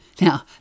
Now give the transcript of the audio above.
Now